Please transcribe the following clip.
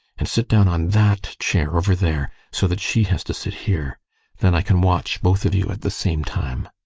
and sit down on that chair over there, so that she has to sit here then i can watch both of you at the same time.